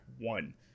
one